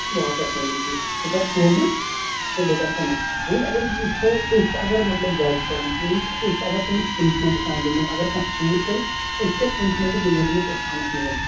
واپَس مےٚ نِس یہِ ژٕ کر توبہٕ تہٕ بہٕ کرٕے ژےٚ معاف وۄنۍ اَگر أسۍ وٕچھو أسۍ اَگر مطلب جج کرون سُہ أسۍ اَگر تٔمِس پٔنِشمینٹ کانٛہہ دِمو اَگر کانہہ ژوٗر کرِ أسۍ کیاہ پنِشمینٹ دِمَو تٔمِس اِسلامَس منٛز